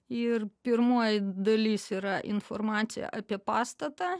ir pirmoji dalis yra informacija apie pastatą